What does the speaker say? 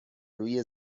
روی